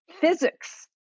physics